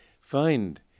find